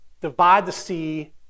divide-the-sea